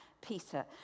Peter